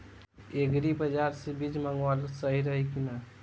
Agri बाज़ार से बीज मंगावल सही रही की ना?